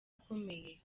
akomeye